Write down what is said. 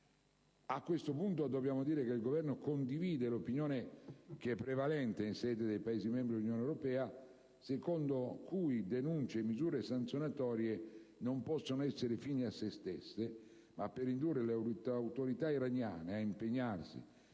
A questo punto dobbiamo dire che il Governo condivide l'opinione prevalente in sede dei Paesi membri dell'Unione europea secondo cui denunce e misure sanzionatorie non possono essere fini a se stesse, ma servono ad indurre le autorità iraniane a impegnarsi